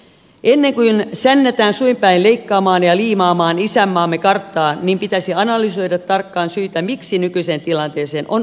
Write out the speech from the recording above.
ennen kuin sännätään suin päin leikkaamaan ja liimaamaan isänmaamme karttaa pitäisi analysoida tarkkaan syitä miksi nykyiseen tilanteeseen on ajauduttu